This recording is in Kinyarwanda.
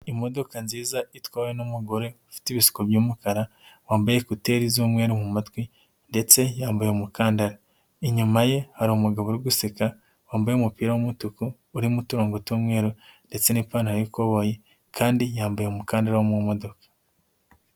Imodoka nziza itwawe n'umugore ufite ibisuko by'umukara, wambaye ekoteri z'umweru mu matwi, ndetse yambaye umukandara. Inyuma ye hari umugabo uri guseka, wambaye umupira w'umutuku urimo uturongo tw'umweru ndetse n'ipantaro y'ikoboyi, kandi yambaye umukandara wo mu modoka.